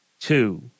two